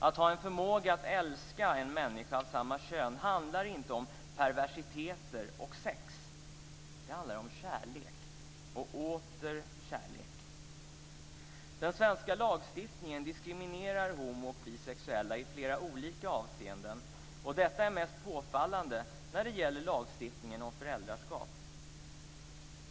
Att ha en förmåga att älska en människa av samma kön handlar inte om perversiteter och sex. Det handlar om kärlek och åter kärlek. Den svenska lagstiftningen diskriminerar homooch bisexuella i flera olika avseenden. Detta är mest påfallande när det gäller lagstiftningen om föräldraskap.